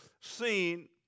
seen